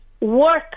work